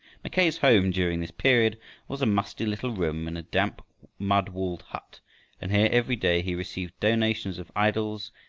mackay's home during this period was a musty little room in a damp mud-walled hut and here every day he received donations of idols,